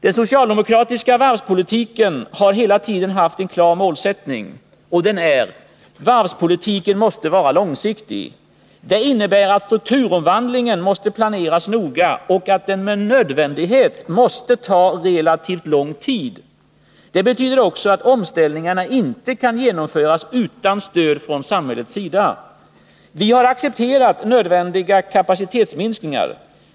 Den socialdemokratiska varvspolitiken har hela tiden haft en klar målsättning: varvspolitiken måste vara långsiktig. Det innebär att strukturomvandlingen måste planeras noga och att den med nödvändighet måste ta relativt lång tid. Det betyder också att omställningarna inte kan genomföras utan stöd från samhällets sida. Vi har accepterat nödvändiga kapacitetsminskningar.